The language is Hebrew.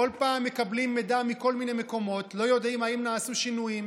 בכל פעם מקבלים מידע מכל מיני מקומות ולא יודעים אם נעשו שינויים.